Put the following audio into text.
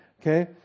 Okay